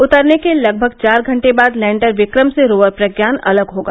उतरने के लगभग चार घंटे बाद लैंडर विक्रम से रोवर प्रज्ञान अलग होगा